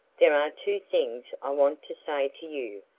there are two things i want to say to you,